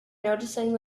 noticing